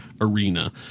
arena